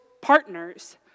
partners